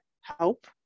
help